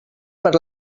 per